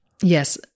Yes